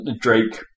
Drake